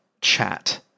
chat